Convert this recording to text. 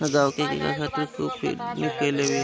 सरकार गांव के विकास खातिर खूब फंडिंग कईले बिया